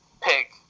pick